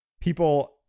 people